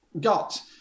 got